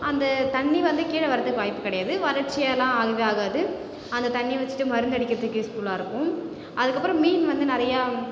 அந்த தண்ணி வந்து கீழே வரதுக்கு வாய்ப்பு கிடையாது வறட்சியெல்லாம் ஆகவே ஆகாது அந்த தண்ணி வச்சுட்டு மருந்து அடிக்கிறதுக்கு யூஸ்ஃபுல்லாக இருக்கும் அதுக்கப்புறம் மீன் வந்து நிறையா